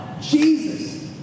Jesus